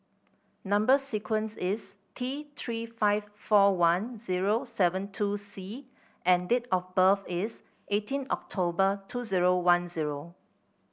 number sequence is T Three five four one zero seven two C and date of birth is eighteen October two zero one zero